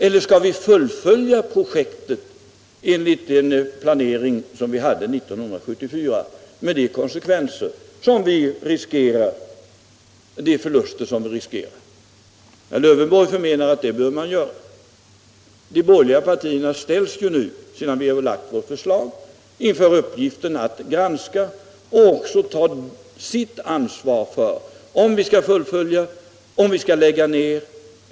Eller skall vi fullfölja projektet enligt den planering vi hade 1974, med de förluster vi då riskerar? Herr Lövenborg förmenar att det bör man göra. De borgerliga partierna ställs nu, sedan vi lagt fram vårt förslag, inför uppgiften att granska det och även ta sitt ansvar för om vi skall fullfölja eller om vi skall lägga ner det hela.